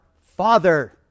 father